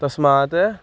तस्मात्